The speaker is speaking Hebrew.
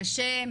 קשה,